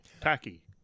tacky